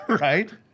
right